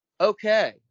Okay